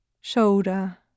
shoulder